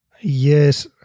Yes